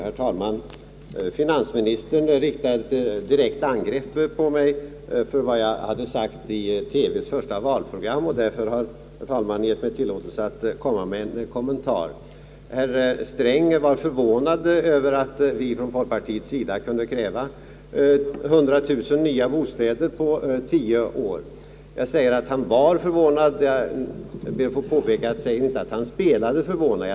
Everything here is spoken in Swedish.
Herr talman! Finansministern riktade ett direkt angrepp mot mig för vad jag sagt i TV:s första valprogram, och herr talmannen har därför gett mig tillåtelse att komma med en kommentar. Herr Sträng var förvånad över att vi från folkpartiets sida kunde kräva ytterligare 100 000 bostäder under tio år. Jag säger att han var förvånad; jag ber att få påpeka att jag inte säger att han spelade förvånad.